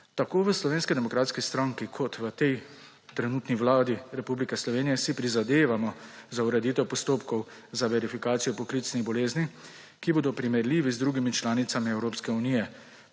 Tako v Slovenski demokratski stranki kot v trenutni vladi Republike Slovenije si prizadevamo za ureditev postopkov za verifikacijo poklicnih bolezni, ki bodo primerljivi z drugimi članicami Evropske unije.